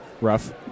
rough